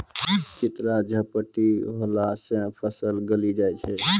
चित्रा झपटी होला से फसल गली जाय छै?